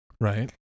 Right